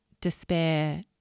despair